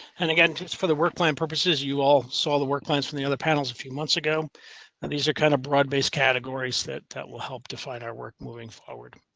and again, just for the work plan purposes, you all saw the work plans from the other panels a few months ago, and these are kind of broad based categories that that will help define our work moving forward.